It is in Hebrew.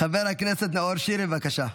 חבר הכנסת נאור שירי, בבקשה.